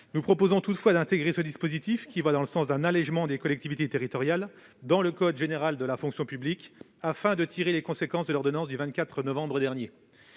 Nous proposons toutefois d'intégrer ce dispositif, allant dans le sens d'un allégement des collectivités territoriales, dans le code général de la fonction publique, afin de tirer les conséquences de l'ordonnance du 24 novembre dernier.